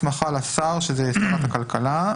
לשר שרת הכלכלה,